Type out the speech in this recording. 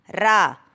ra